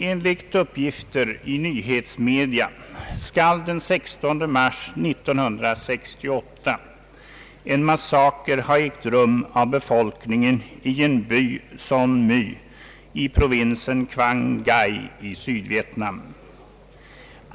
Enligt uppgifter i nyhetsmedia skall den 16 mars 1968 en massaker ha ägt rum av befolkningen i en by, Song My i provinsen Quang Ngai i Sydvietnam.